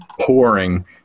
pouring